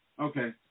Okay